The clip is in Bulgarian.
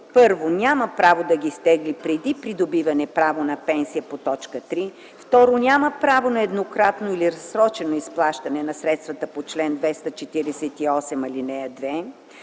1. няма право да ги изтегли преди придобиване право на пенсия по т. 3; 2. няма право на еднократно или разсрочено изплащане на средствата по чл. 248, ал. 2;